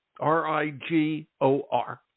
R-I-G-O-R